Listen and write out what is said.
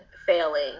failing